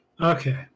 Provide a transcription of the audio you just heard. okay